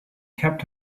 kept